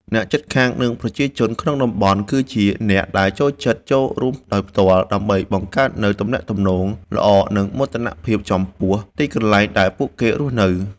អ្នកជិតខាង និងប្រជាជនក្នុងតំបន់ គឺជាអ្នកដែលចូលចិត្តចូលរួមដោយផ្ទាល់ ដើម្បីបង្កើតនូវទំនាក់ទំនងល្អ និងមោទនភាពចំពោះទីកន្លែងដែលពួកគេរស់នៅ។